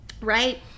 right